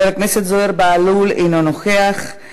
חבר הכנסת זוהיר בהלול, אינו נוכח,